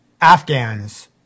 Afghans